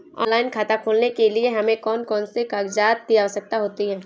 Online खाता खोलने के लिए हमें कौन कौन से कागजात की आवश्यकता होती है?